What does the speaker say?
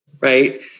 right